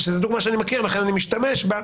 שזו דוגמא שאני מכיר ולכן אני משתמש בה.